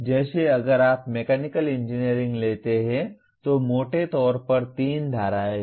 जैसे अगर आप मैकेनिकल इंजीनियरिंग लेते हैं तो मोटे तौर पर 3 धाराएँ हैं